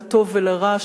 לטוב ולרע,